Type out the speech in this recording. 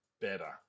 better